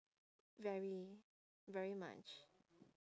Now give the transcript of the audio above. very very much